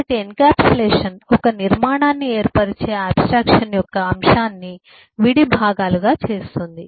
కాబట్టి ఎన్క్యాప్సులేషన్ ఒక నిర్మాణాన్ని ఏర్పరిచే ఆబ్స్ట్రాక్షన్ యొక్క అంశాన్ని విడి భాగాలుగా చేస్తుంది